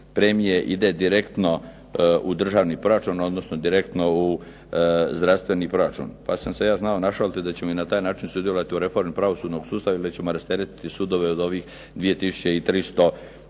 premije ide direktno u državni proračun, odnosno direktno u zdravstveni proračun. Pa sam se ja znao našaliti da ćemo i na taj način sudjelovati u reformi pravosudnog sustava i da ćemo rasteretiti sudove od ovih 2300